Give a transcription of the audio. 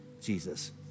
Jesus